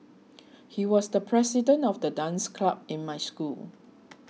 he was the president of the dance club in my school